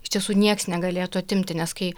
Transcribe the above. iš tiesų nieks negalėtų atimti nes kai